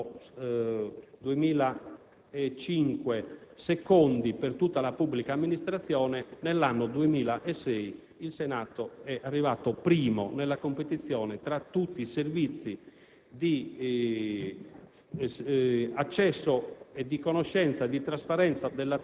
in materia: ci eravamo classificati, nell'anno 2005, secondi per tutta la pubblica amministrazione, nell'anno 2006 il Senato è arrivato primo nella competizione tra tutti i servizi